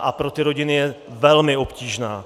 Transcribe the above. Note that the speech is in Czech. A pro ty rodiny je velmi obtížná.